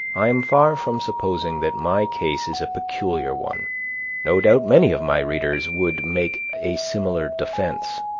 i am far from supposing that my case is a peculiar one no doubt many of my readers would make a similar defence.